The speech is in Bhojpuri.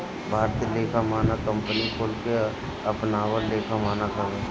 भारतीय लेखा मानक कंपनी कुल के अपनावल लेखा मानक हवे